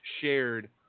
shared